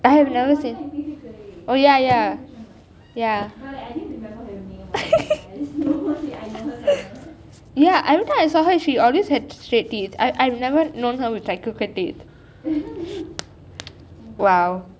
oh ya ya ya ya ya everytime I saw her she always had straight teeth I I've never known her with like crooked teeth !wow!